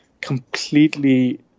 completely